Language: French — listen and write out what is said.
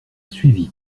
suivit